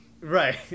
Right